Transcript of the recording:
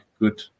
good